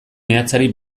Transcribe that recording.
meatzari